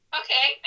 okay